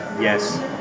Yes